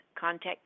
contact